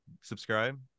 subscribe